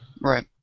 Right